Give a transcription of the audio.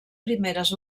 primeres